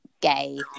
gay